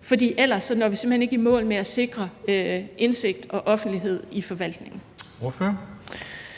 for ellers når vi simpelt hen ikke i mål med at sikre indsigt og offentlighed i forvaltningen.